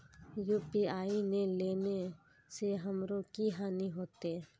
UPI ने लेने से हमरो की हानि होते?